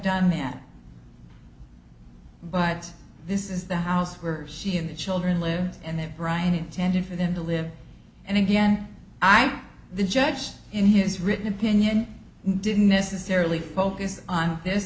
done that but this is the house where she and the children live and that brian intended for them to live and again i'm the judge in his written opinion didn't necessarily focus on this